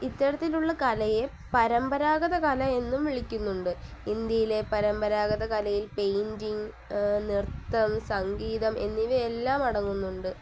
ഇത്തരത്തിലുള്ള കലയെ പരമ്പരാഗത കല എന്നും വിളിക്കുന്നുണ്ട് ഇന്ത്യയിലെ പരമ്പരാഗത കലയിൽ പെയിൻ്റിങ് നൃത്തം സംഗീതം എന്നിവയെല്ലാം അടങ്ങുന്നുണ്ട്